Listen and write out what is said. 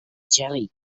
jelly